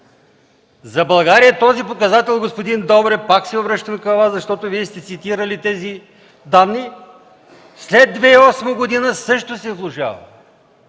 За България този показател, господин Добрев, пак се обръщам към Вас, защото Вие сте цитирали тези данни, след 2008 г. също се влошава.